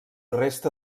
resta